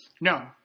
No